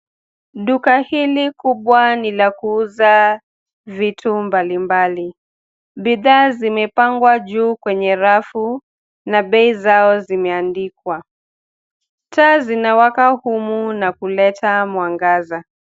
Duka hili kubwa ni la kuuza vitu mbali mbali, bidhaa zimepangwa juu kwenye rafu na bei zao zimeandikwa. Taa zinawaka humu na kuleta mwangaza.